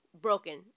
broken